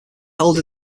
held